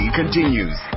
continues